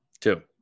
Two